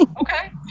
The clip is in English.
Okay